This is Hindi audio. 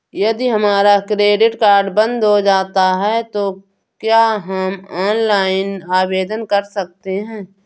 यदि हमारा क्रेडिट कार्ड बंद हो जाता है तो क्या हम ऑनलाइन आवेदन कर सकते हैं?